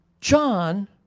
John